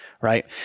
Right